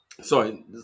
Sorry